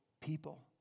people